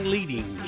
Leading